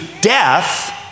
death